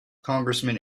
congressman